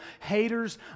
haters